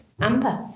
Amber